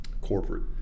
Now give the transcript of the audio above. corporate